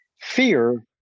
fear